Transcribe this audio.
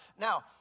Now